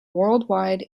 worldwide